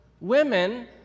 women